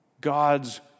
God's